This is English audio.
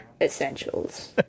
essentials